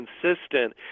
consistent